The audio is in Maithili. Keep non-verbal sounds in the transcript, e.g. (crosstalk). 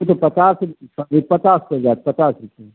खुद पता (unintelligible) पता चलि जाएत पता चलि